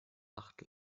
acht